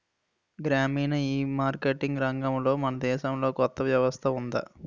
గ్రామీణ ఈమార్కెటింగ్ రంగంలో మన దేశంలో కొత్త వ్యవస్థ ఉందా?